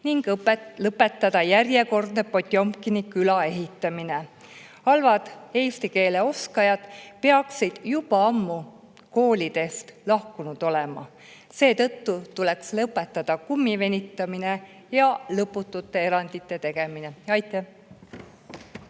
ning lõpetada järjekordne Potjomkini küla ehitamine. Halvad eesti keele oskajad peaksid juba ammu koolidest lahkunud olema. Seetõttu tuleks lõpetada kummi venitamine ja lõputute erandite tegemine. Aitäh!